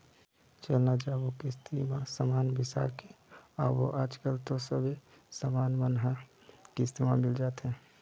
चल न जाबो किस्ती म समान बिसा के आबो आजकल तो सबे समान मन ह किस्ती म मिल जाथे